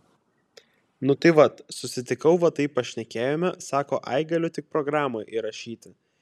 nu tai vat susitikau va taip pašnekėjome sako ai galiu tik programą įrašyti